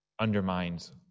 undermines